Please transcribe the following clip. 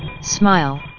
Smile